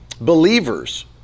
believers